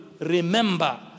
remember